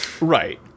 Right